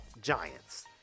giants